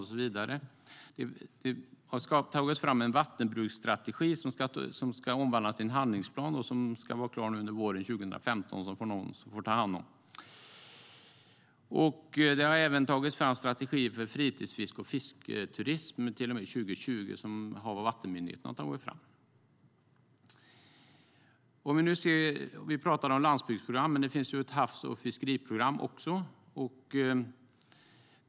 Det har tagits fram en vattenbruksstrategi som ska omvandlas till en handlingsplan som ska vara klar under våren 2015.Förutom landsbygdsprogrammen finns det också ett havs och fiskeriprogram.